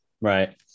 Right